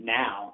now